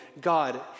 God